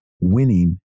winning